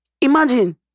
Imagine